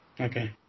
Okay